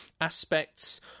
aspects